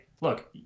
look